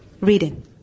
reading